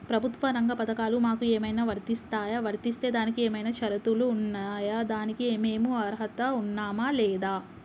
ప్రభుత్వ రంగ పథకాలు మాకు ఏమైనా వర్తిస్తాయా? వర్తిస్తే దానికి ఏమైనా షరతులు ఉన్నాయా? దానికి మేము అర్హత ఉన్నామా లేదా?